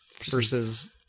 versus